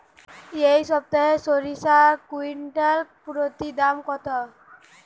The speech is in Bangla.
এই সপ্তাহে সরিষার কুইন্টাল প্রতি দাম কত?